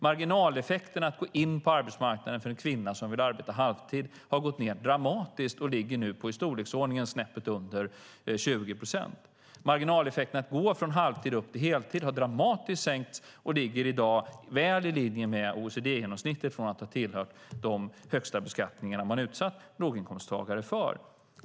Marginaleffekten för en kvinna som vill gå in på arbetsmarknaden och arbeta halvtid har gått ned dramatiskt och ligger nu på snäppet under 20 procent. Marginaleffekten när det gäller att gå från halvtid till heltid har dramatiskt sänkts och ligger i dag väl i linje med OECD-genomsnittet, från att ha tillhört de högsta beskattningar man utsatt låginkomsttagare för.